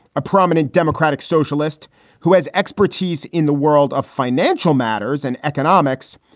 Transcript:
a prominent democratic socialist who has expertise in the world of financial matters and economics,